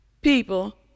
People